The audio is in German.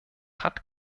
hat